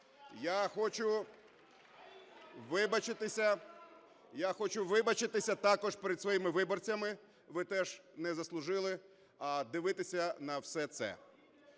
я хочу вибачитися також перед своїми виборцями, ви теж не заслужили дивитися на все це.